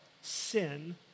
sin